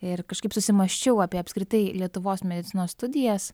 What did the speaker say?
ir kažkaip susimąsčiau apie apskritai lietuvos medicinos studijas